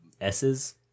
S's